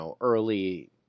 early